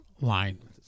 line